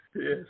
Yes